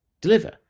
deliver